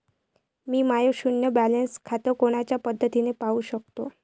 मी माय शुन्य बॅलन्स खातं कोनच्या पद्धतीनं पाहू शकतो?